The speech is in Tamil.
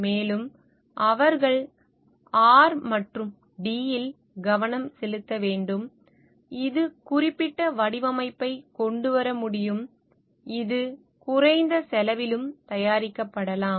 மேலும் அவர்கள் R மற்றும் D இல் கவனம் செலுத்த வேண்டும் இது குறிப்பிட்ட வடிவமைப்பைக் கொண்டு வர முடியும் இது குறைந்த செலவிலும் தயாரிக்கப்படலாம்